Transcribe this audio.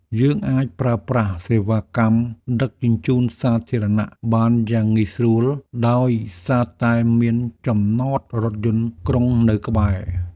យើងអាចប្រើប្រាស់សេវាកម្មដឹកជញ្ជូនសាធារណៈបានយ៉ាងងាយស្រួល ដោយសារតែមានចំណតរថយន្តក្រុងនៅក្បែរ។